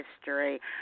history